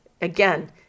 Again